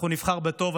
אנחנו נבחר בטוב,